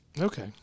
Okay